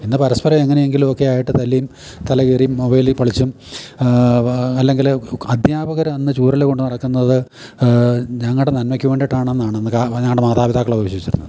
ഇന്ന് പരസ്പരം എങ്ങനെയെങ്കിലും ഒക്കെ ആയിട്ട് തല്ലിയും തലകീറിയും മൊബൈലിൽ കളിച്ചും അല്ലെങ്കിൽ അധ്യാപകർ അന്ന് ചൂരൽ കൊണ്ട് നടക്കുന്നത് ഞങ്ങളുടെ നന്മയ്ക്ക് വേണ്ടിയിട്ടാണെന്നാണ് അന്ന് ഞങ്ങളുടെ മാതാപിതാക്കളൊക്കെ വിശ്വസിച്ചിരുന്നത്